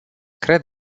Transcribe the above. cred